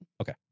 Okay